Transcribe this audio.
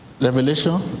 Revelation